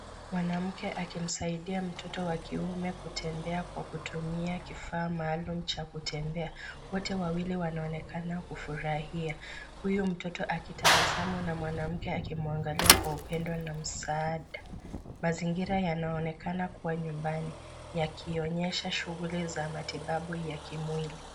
Mwanamke akimsaidia mtoto wa kiume kutembea kwa kutumia kifaa maalum cha kutembea. Wote wawili wanaonekana kufurahia, huyu mtoto akitabasamu, na mwanamke akimwangalia kwa upendo na msaada. Mazingira yanaonekana kuwa nyumbani, yakionyesha shughuli za matibabu ya kimwili.